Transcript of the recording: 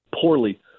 poorly